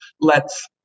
lets